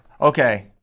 Okay